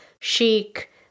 chic